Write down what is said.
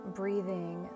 breathing